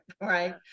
right